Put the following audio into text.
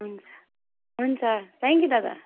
हुन्छ हुन्छ thank you दादा